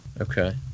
Okay